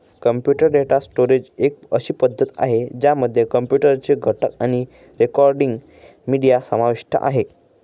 computer data storage एक अशी पद्धती आहे, ज्यामध्ये कॉम्प्युटर चे घटक आणि रेकॉर्डिंग, मीडिया समाविष्ट आहे